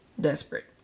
Desperate